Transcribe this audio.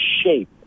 shape